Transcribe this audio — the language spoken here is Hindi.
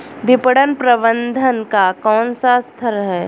विपणन प्रबंधन का कौन सा स्तर है?